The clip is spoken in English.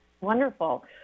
Wonderful